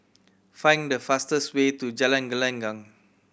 find the fastest way to Jalan Gelenggang